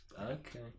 Okay